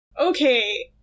Okay